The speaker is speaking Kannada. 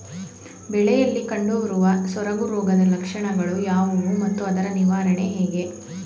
ಬೆಳೆಯಲ್ಲಿ ಕಂಡುಬರುವ ಸೊರಗು ರೋಗದ ಲಕ್ಷಣಗಳು ಯಾವುವು ಮತ್ತು ಅದರ ನಿವಾರಣೆ ಹೇಗೆ?